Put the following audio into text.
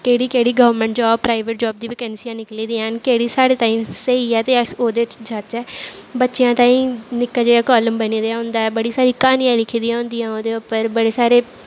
केह्ड़ी केह्ड़ी government private job दियां वैकेंसियां निकली दियां न केह्ड़ी साढ़े तांहीं स्हेई ऐ ते अस ओह्दे च जाचै बच्चेआं तांहीं निक्का जेहा कॉलम बने दा होंदा ऐ बड़ी सारी क्हानियां लिखी दियां होंदियां ओह्दे उप्पर बड़े सारे